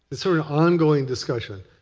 sort of ongoing discussion.